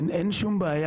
אין שום בעיה.